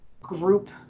group